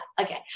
okay